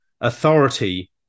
authority